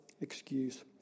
excuse